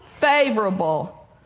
favorable